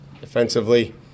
defensively